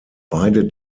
beide